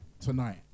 tonight